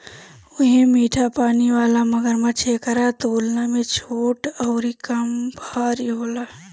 उहे मीठा पानी वाला मगरमच्छ एकरा तुलना में छोट अउरी कम भारी होला